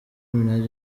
minaj